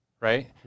right